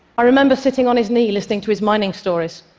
i remember sitting on his knee listening to his mining stories.